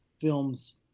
films